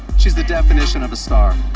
she's the definition of a star.